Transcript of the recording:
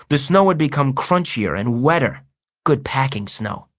the snow had become crunchier and wetter good packing snow.